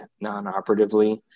non-operatively